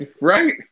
Right